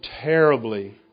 terribly